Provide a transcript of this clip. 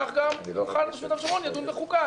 כך גם אם יוחל ביהודה ושומרון ידון בחוקה.